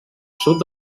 sud